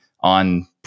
on